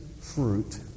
fruit